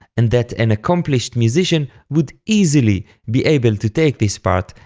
and that an accomplished musician would easily be able to take this part,